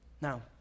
Now